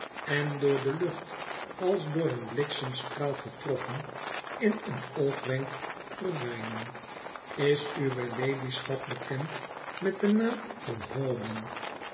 en door de lucht als door een bliksemstraal getroffen in een oogwenk verdwijnen is uwe ladyschap bekend met den naam van hawdon